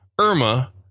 Irma